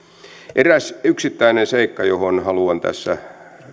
eräs yksittäinen seikka johon haluan tässä